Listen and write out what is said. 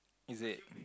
is it